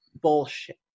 bullshit